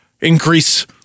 increase